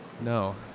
No